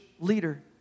leader